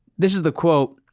this is the quote,